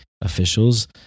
officials